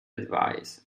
advice